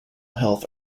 health